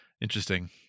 interesting